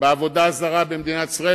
בעבודה הזרה במדינת ישראל,